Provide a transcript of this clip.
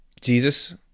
Jesus